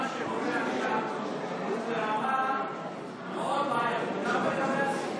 שמה שקורה עכשיו הוא ברמה מאוד בעייתית,